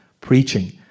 preaching